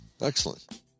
excellent